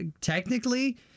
technically